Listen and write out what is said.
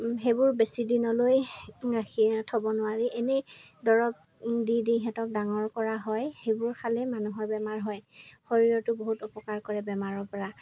সেইবোৰ বেছি দিনলৈ ৰাখি থ'ব নোৱাৰি এনেই দৰব দি দি সিহঁতক ডাঙৰ কৰা হয় সেইবোৰ খালেই মানুহৰ বেমাৰ হয় শৰীৰটো বহুত অপকাৰ কৰে বেমাৰৰপৰা